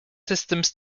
systems